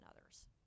others